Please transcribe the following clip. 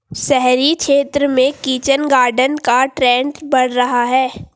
शहरी क्षेत्र में किचन गार्डन का ट्रेंड बढ़ रहा है